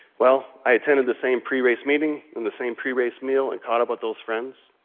well, i attended the same pre-race meeting and the same pre-race meal and caught up with those friends.